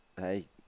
hey